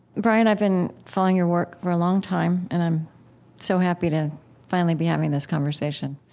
brian, i've been following your work for a long time, and i'm so happy to finally be having this conversation